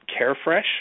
Carefresh